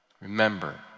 Remember